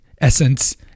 essence